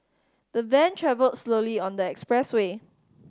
the van travelled slowly on the expressway